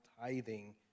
tithing